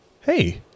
hey